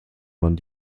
man